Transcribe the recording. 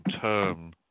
term